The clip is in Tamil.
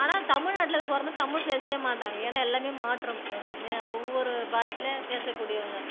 ஆனால் தமில்நாட்டில் பிறந்து தமிழ் பேசவே மாட்டாங்க ஏனால் எல்லாமே மாற்றம் இங்கே ஒவ்வொரு பாஷையில் பேசக்கூடியவங்க